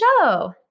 show